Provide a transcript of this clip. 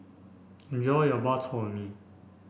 enjoy your Bak Chor Mee